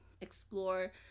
Explore